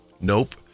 Nope